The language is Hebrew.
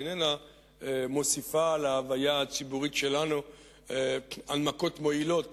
היא איננה מוסיפה להוויה הציבורית שלנו הנמקות מועילות